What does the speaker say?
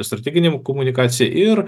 strateginė komunikacija ir